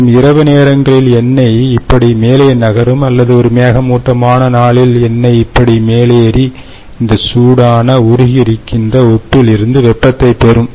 மற்றும் இரவு நேரங்களில் எண்ணெய் இப்படி மேலே நகரும் அல்லது ஒரு மேகமூட்டமான நாளில் எண்ணெய் இப்படி மேலேறி இந்த சூடான உருகி இருக்கின்ற உப்பில் இருந்து வெப்பத்தைப் பெறும்